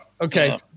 Okay